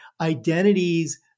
identities